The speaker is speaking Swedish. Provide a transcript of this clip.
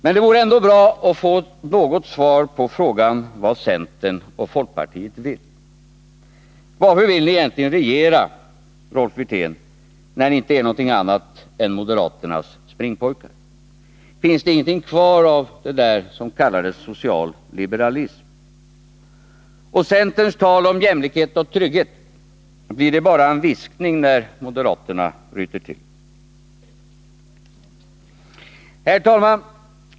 Men det vore ändå bra att få något svar på frågan vad centern och folkpartiet vill. Varför vill ni egentligen regera, Rolf Wirtén, när ni inte är någonting annat än moderaternas springpojkar? Finns det ingenting kvar av det där som kallades social liberalism? Och centerns tal om jämlikhet och trygghet — blir det bara en viskning när moderaterna ryter till? Herr talman!